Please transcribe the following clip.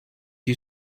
you